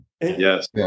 Yes